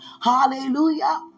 hallelujah